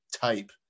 type